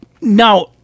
now